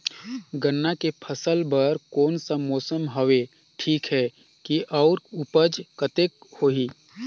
गन्ना के फसल बर कोन सा मौसम हवे ठीक हे अउर ऊपज कतेक होही?